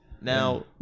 now